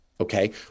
Okay